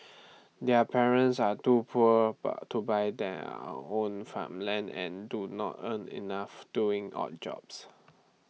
their parents are too poor but to buy their own farmland and do not earn enough doing odd jobs